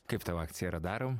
kaip tau akcija radarom